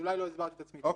אולי לא הסברתי את עצמי טוב.